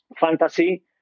fantasy